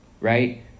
right